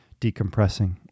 decompressing